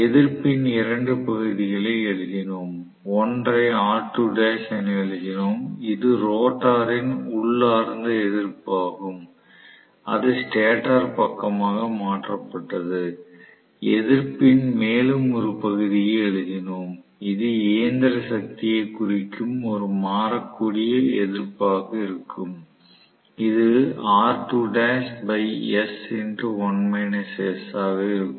எதிர்ப்பின் 2 பகுதிகளை எழுதினோம் ஒன்றை R2l என எழுதினோம் இது ரோட்டரின் உள்ளார்ந்த எதிர்ப்பாகும் அது ஸ்டேட்டர் பக்கமாக மாற்றப்பட்டது எதிர்ப்பின் மேலும் ஒரு பகுதியை எழுதினோம் இது இயந்திர சக்தியை குறிக்கும் ஒரு மாறக்கூடிய எதிர்ப்பாகக் இருக்கும் இது ஆக இருக்கும்